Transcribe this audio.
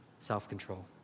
self-control